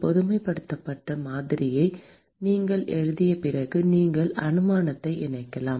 பொதுமைப்படுத்தப்பட்ட மாதிரியை நீங்கள் எழுதிய பிறகு நீங்கள் அனுமானத்தை இணைக்கலாம்